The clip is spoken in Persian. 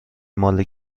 مال